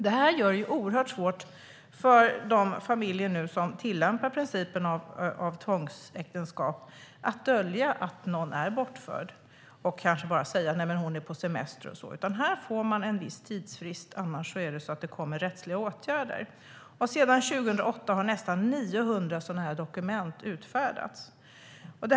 Det gör det mycket svårt för de familjer som tillämpar principen om tvångsäktenskap att dölja att någon är bortförd genom att kanske säga att barnet är på semester. Familjen får alltså en viss tidsfrist, annars kommer rättsliga åtgärder att vidtas. Sedan 2008 har nästan 900 sådana dokument utfärdats.